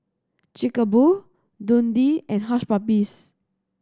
Chic a Boo Dundee and Hush Puppies